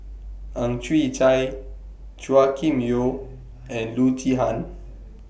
Ang Chwee Chai Chua Kim Yeow and Loo Zihan